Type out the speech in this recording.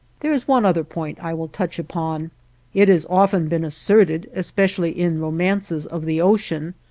there is one other point i will touch upon it has often been asserted, especially in romances of the ocean,